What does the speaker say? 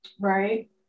Right